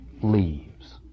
leaves